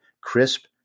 crisp